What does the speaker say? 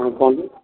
ହଁ କୁହନ୍ତୁ